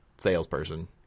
salesperson